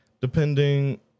depending